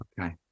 okay